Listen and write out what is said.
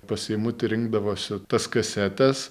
pas eimutį rinkdavosi tas kasetes